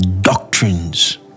doctrines